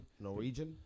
Norwegian